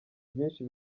byinshi